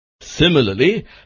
Similarly